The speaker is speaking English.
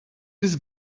this